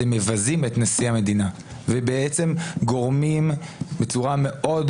אתם מבזים את נשיא המדינה ובעצם גורמים בצורה מאוד